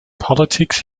politics